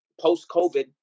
Post-COVID